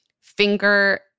finger